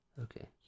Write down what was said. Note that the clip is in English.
okay